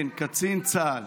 שם של קצין צה"ל.